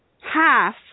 half